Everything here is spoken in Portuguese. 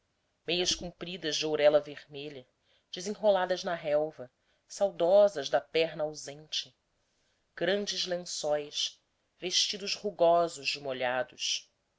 meias compridas de ourela vermelha desenroladas na relva saudosas da perna ausente grandes lençóis vestidos rugosos de molhados